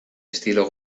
estilo